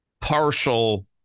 partial